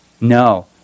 No